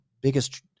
biggest